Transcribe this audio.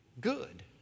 good